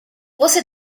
você